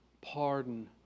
pardon